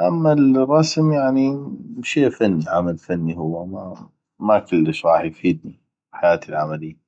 اما الرسم يعني شي فني عمل فني ما كلش غاح يفيدني بحياتي العملي